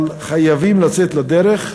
אבל חייבים לצאת לדרך,